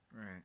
Right